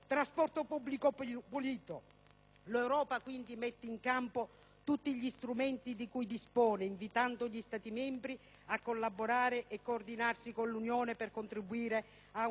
L'Europa mette quindi in campo tutti gli strumenti di cui dispone, invitando gli Stati membri a collaborare e coordinarsi con l'Unione per contribuire a una più vasta risposta globale.